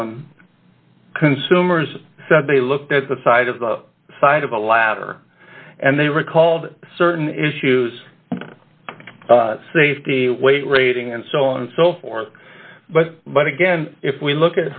consumers said they looked at the side of the side of a ladder and they recalled certain issues safety weight rating and so on and so forth but but again if we look